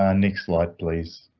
ah next slide, please.